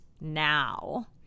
now